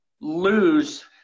lose